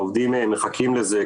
העובדים מחכים לזה,